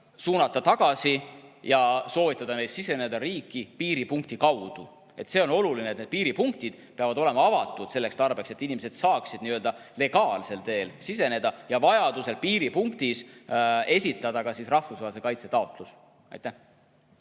suunata tagasi ja soovitada neil siseneda riiki piiripunkti kaudu. See on oluline, et piiripunktid peavad olema avatud selleks tarbeks, et inimesed saaksid legaalsel teel riiki siseneda ja vajadusel piiripunktis esitada ka rahvusvahelise kaitse taotluse. Aitäh!